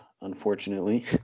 unfortunately